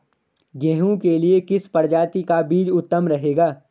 गेहूँ के लिए किस प्रजाति का बीज उत्तम रहेगा?